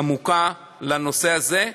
עמוקה, בנושא הזה,